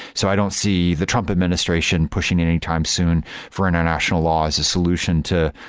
so i don't see the trump administration pushing anytime soon for international laws a solution to,